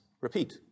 repeat